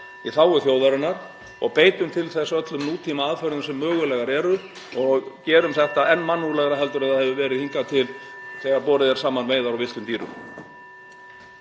í þágu þjóðarinnar og beitum til þess öllum nútímaaðferðum sem mögulegar eru og gerum þetta enn mannúðlegra heldur en það hefur verið hingað til þegar bornar eru saman veiðar á villtum dýrum.